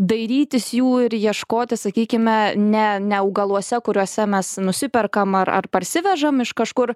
dairytis jų ir ieškoti sakykime ne ne augaluose kuriuose mes nusiperkam ar ar parsivežam iš kažkur